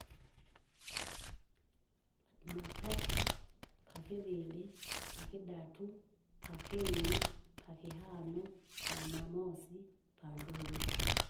Pajumatatu, pakiviri, pakidatu, pakini, pakihano, pajumamosi, pandungu.